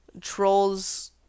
Trolls